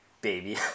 baby